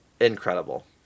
Incredible